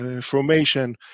Formation